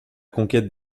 conquête